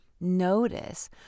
Notice